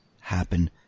happen